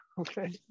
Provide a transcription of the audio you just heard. okay